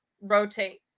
rotate